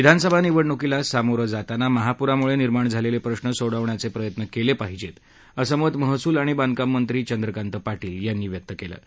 विधानसभा निवडणुकीला सामोरं जाताना महापुरामुळे निर्माण झालेले प्रश्न सोडवण्याचे प्रयत्न केले पाहिजेत असे मत महसूल आणि बांधकाममंत्री चंद्रकांत पाटील यांनी व्यक्त केलं आहे